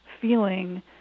feeling